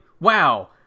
Wow